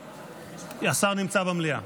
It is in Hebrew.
השר נמצא במליאה.